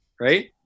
Right